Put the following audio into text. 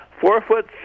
four-foot